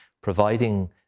providing